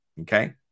okay